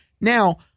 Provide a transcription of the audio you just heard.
Now